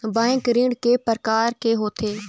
Bank ऋण के प्रकार के होथे?